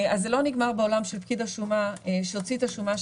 אז זה לא נגמר בעולם של פקיד השומה שהוציא את השומה,